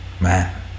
man